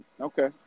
Okay